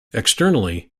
externally